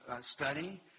study